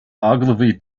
ogilvy